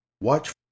Watch